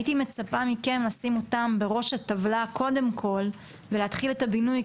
הייתי מצפה מכם לשים אותן בראש הטבלה קודם כל ולהתחיל את הבינוי,